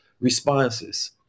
responses